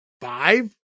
five